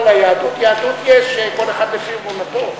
מונופול על היהדות, יהדות יש, כל אחד לפי אמונתו.